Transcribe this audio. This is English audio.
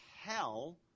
hell